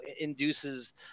induces